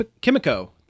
Kimiko